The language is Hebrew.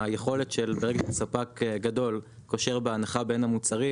היכולת של ברגע שספק גדול קושר בהנחה בין המוצרים